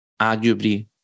arguably